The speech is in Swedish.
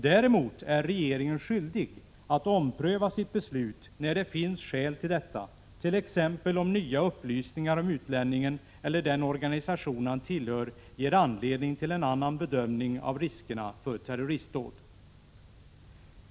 Däremot är regeringen skyldig att ompröva sitt beslut när det finns skäl till detta, t.ex. om nya upplysningar om utlänningen eller den organisation han tillhör ger anledning till en annan bedömning av riskerna för terroristdåd.